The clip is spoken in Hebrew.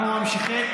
אנחנו ממשיכים.